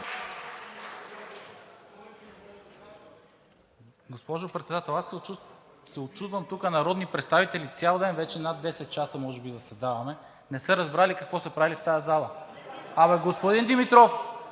Ви, господин Димитров.